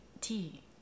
tea